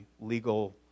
legal